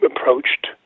approached